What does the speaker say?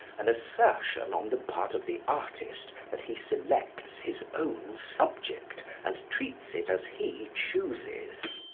an assertion on the part of the artist that he selects his own subject, and treats it as he chooses.